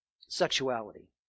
sexuality